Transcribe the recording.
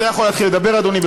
אתה יכול להתחיל לדבר, אדוני.